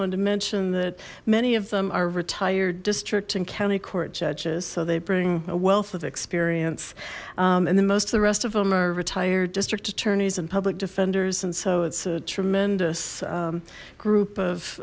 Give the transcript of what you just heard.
wanted to mention that many of them are retired district and county court judges so they bring a wealth of experience and then most of the rest of them are retired district attorneys and public defenders and so it's a tremendous some group of